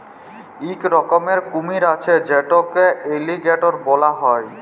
ইক রকমের কুমির আছে যেটকে এলিগ্যাটর ব্যলা হ্যয়